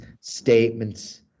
statements